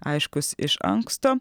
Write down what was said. aiškus iš anksto